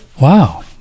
Wow